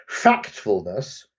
Factfulness